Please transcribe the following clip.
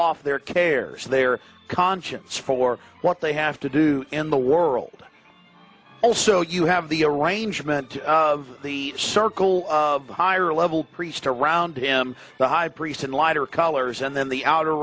off their cares their conscience for what they have to do in the world also you have the arrangement of the circle the higher level priest around him the high priest in lighter colors and then the outer